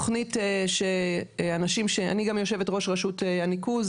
אני גם יושבת ראש רשות הניקוז